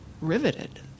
riveted